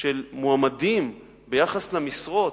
של מועמדים ביחס למשרות,